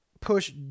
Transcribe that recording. push